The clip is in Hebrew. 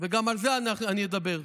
גם על זה אני אדבר.